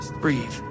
breathe